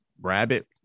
rabbit